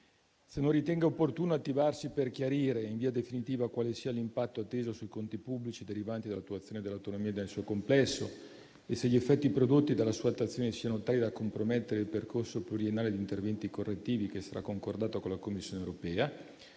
se non ritenga opportuno attivarsi per chiarire in via definitiva quale sia l'impatto atteso sui conti pubblici derivanti dall'attuazione dell'autonomia nel suo complesso e se gli effetti prodotti dalla sua attuazione siano tali da compromettere il percorso pluriennale di interventi correttivi, che sarà concordato con la Commissione europea;